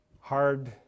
hard